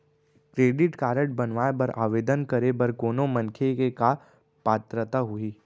Credit card बनवाए बर आवेदन करे बर कोनो मनखे के का पात्रता होही?